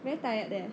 very tired leh